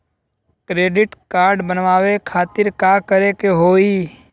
Credit card बनवावे खातिर का करे के होई?